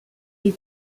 est